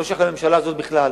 זה לא שייך לממשלה הזאת בכלל,